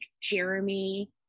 Jeremy